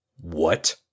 What